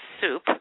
soup